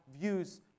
views